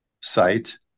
site